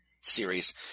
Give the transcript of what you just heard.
series